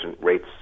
rates